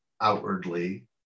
outwardly